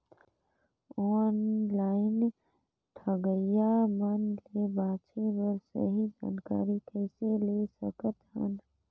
Online ठगईया मन ले बांचें बर सही जानकारी कइसे ले सकत हन?